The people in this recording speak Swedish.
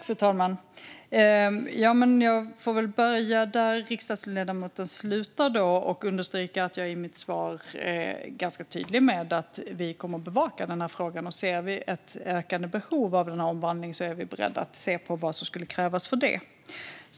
Fru talman! Jag får väl börja där riksdagsledamoten slutade och understryka att jag i mitt svar var ganska tydlig med att vi kommer att bevaka denna fråga. Om vi ser ett ökande behov av en omvandling är vi beredda att se på vad som skulle krävas för det.